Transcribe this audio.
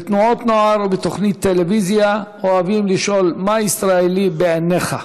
בתנועות נוער ובתוכניות טלוויזיה אוהבים לשאול: מה ישראלי בעיניך?